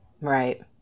Right